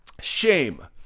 shame